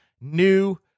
new